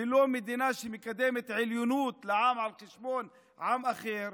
ולא מדינה שמקדמת עליונות לעם על חשבון עם אחר.